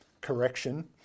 correction